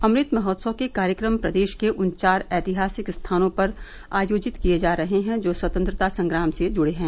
अमृत महोत्सव के कार्यक्रम प्रदेश के उन चार ऐतिहासिक स्थानों पर आयोजित किए जा रहे हैं जो स्वतंत्रता संग्राम से जुडे रहे हैं